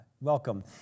welcome